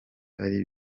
ari